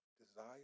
desire